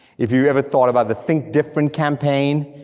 if you every thought about the think different campaign,